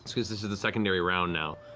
because this is the secondary round now,